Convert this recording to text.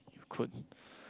you could